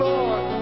Lord